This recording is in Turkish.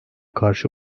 karşı